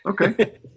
Okay